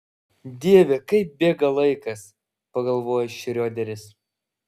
dieve kaip bėga laikas pagalvojo šrioderis